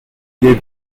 their